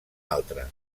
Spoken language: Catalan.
altre